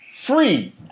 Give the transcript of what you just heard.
Free